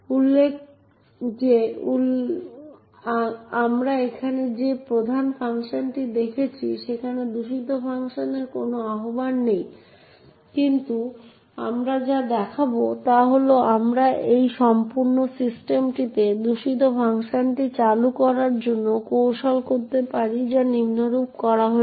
উল্লেখ্য যে আমরা এখানে যে প্রধান ফাংশনটি দেখছি সেখানে দূষিত ফাংশনের কোনো আহ্বান নেই কিন্তু আমরা যা দেখাব তা হল আমরা এই সম্পূর্ণ সিস্টেমটিতে দূষিত ফাংশনটি চালু করার জন্য কৌশল করতে পারি যা নিম্নরূপ করা হয়েছে